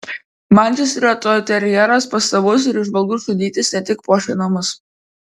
mančesterio toiterjeras pastabus ir įžvalgus šunytis ne tik puošia namus